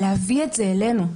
להביא את זה אלינו.